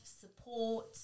support